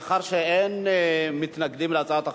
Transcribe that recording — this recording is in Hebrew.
מאחר שאין מתנגדים להצעת החוק,